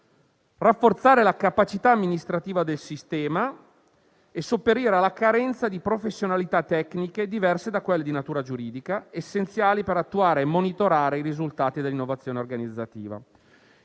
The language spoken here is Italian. rafforzare la capacità amministrativa del sistema e sopperire alla carenza di professionalità tecniche diverse da quelle di natura giuridica, essenziali per attuare e monitorare i risultati dell'innovazione organizzativa;